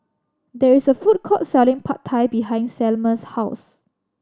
there is a food court selling Pad Thai behind Selmer's house